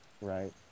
right